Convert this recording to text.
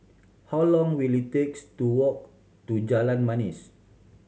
how long will it takes to walk to Jalan Manis